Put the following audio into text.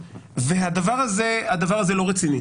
הדבר הזה הוא לא רציני.